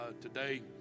today